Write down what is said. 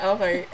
Okay